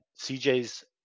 CJ's